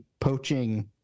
poaching